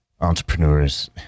entrepreneurs